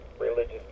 religious